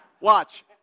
Watch